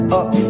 up